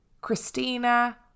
Christina